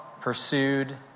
pursued